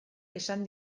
esan